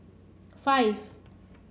five